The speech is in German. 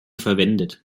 verwendet